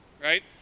right